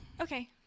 Okay